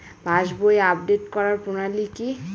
পাসবই update করার প্রণালী কি?